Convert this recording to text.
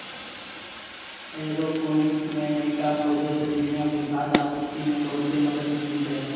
aeroponics मे नयका खोजो से दुनिया के खाद्य आपूर्ति मे बहुते मदत मिलतै